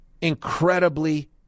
Incredibly